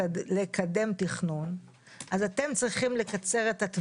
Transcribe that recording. אתם שקרנים, צבועים,